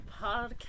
podcast